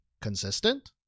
consistent